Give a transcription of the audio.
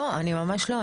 ממש לא.